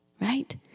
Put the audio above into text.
right